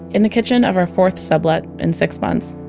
in the kitchen of our fourth sublet in six months,